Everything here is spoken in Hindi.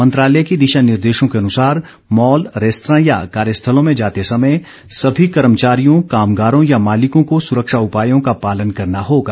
मंत्रालय के दिशा निर्देशों के अनुसार मॉल रेस्तरां या कार्यस्थलों में जाते समय सभी कर्मचारियों कामगारों या मालिकों को सुरक्षा उपायों का पालन करना होगा